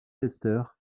chester